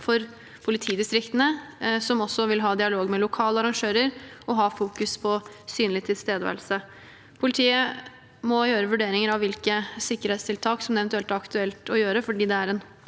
og politidistriktene, som også vil ha dialog med lokale arrangører og fokusere på synlig tilstedeværelse. Politiet må foreta vurderinger av hvilke sikkerhetstiltak det eventuelt er aktuelt å iverksette, for det er en